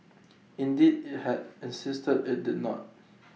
indeed IT had insisted IT did not